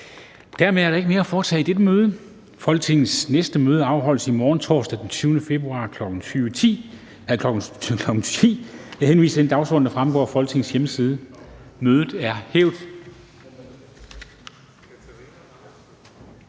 Dermed er der ikke mere at foretage i dette møde. Folketingets næste møde afholdes i morgen, torsdag den 20. februar 2020, kl. 10.00. Jeg henviser til den dagsorden, der fremgår af Folketingets hjemmeside. Mødet er hævet.